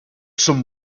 some